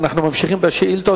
אנחנו ממשיכים בשאילתות.